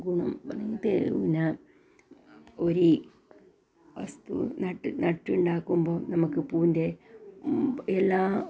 പിന്നെ ഒരു നട്ട് നട്ട് ഉണ്ടാക്കുമ്പോൾ നമുക്ക് പൂവിൻ്റെ ഇല